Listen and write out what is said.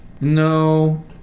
No